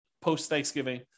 post-Thanksgiving